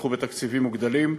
זכו בתקציבים מוגדלים,